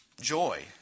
Joy